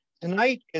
Tonight